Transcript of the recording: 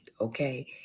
okay